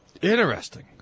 Interesting